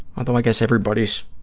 although i guess everybody,